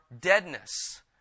deadness